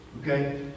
Okay